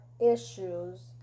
Issues